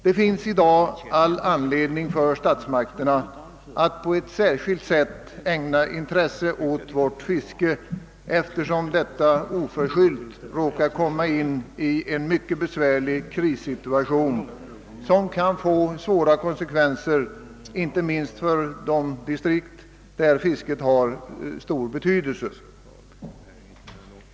Det finns nog all anledning för statsmakterna att på ett särskilt sätt ägna intresse åt fisket, eftersom detta oförskyllt råkat i en mycket besvärlig krissituation som kan få svåra konsekvenser inte minst för de distrikt där fisket har stor betydelse.